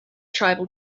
tribal